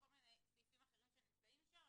וכל מיני סעיפים אחרים שנמצאים שם,